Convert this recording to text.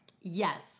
Yes